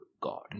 God